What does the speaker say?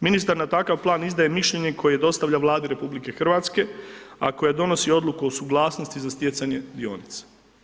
Ministar na takav plan izdaje mišljenje koje dostavlja Vladi RH a koje donosi odluku o suglasnosti za stjecanje dionica.